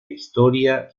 historia